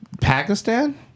Pakistan